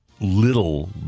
little